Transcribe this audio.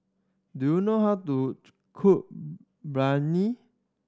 do you know how to cook Biryani